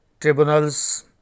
tribunals